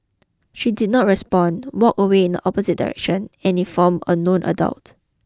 she did not respond walked away in the opposite direction and informed a known adult